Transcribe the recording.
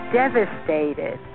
devastated